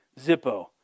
Zippo